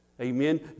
Amen